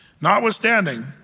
Notwithstanding